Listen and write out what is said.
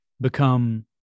become